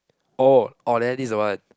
oh orh there this is the one